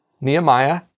Nehemiah